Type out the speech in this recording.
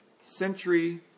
century